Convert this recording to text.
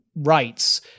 rights